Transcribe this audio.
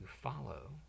follow